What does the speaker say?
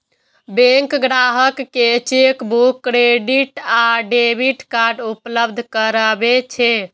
bank ग्राहक कें chequebook, credit आ डेबिट कार्ड उपलब्ध करबै छै